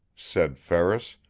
said ferris.